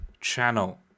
channel